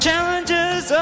Challenges